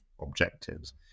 objectives